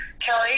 Kelly